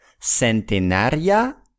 centenaria